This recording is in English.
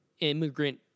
immigrant